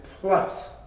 plus